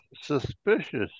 suspicious